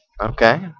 Okay